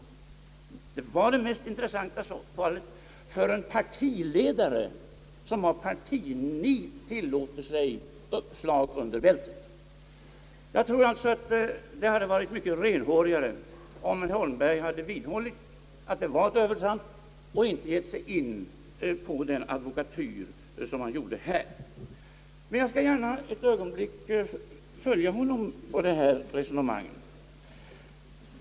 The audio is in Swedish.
Ja, jag var det mest intressanta fallet för en partiledare som av partinit tillåter sig slag under bältet. Det hade varit mycket renhårigare om herr Holmberg hade vidhållit att det var ett övertramp och inte gett sig in på den advokatyr som han här gjorde. Jag skall emellertid gärna ett ögonblick följa herr Holmberg i hans resonemang.